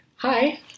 Hi